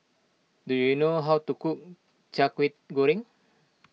do you know how to cook Kway Goreng